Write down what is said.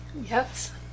Yes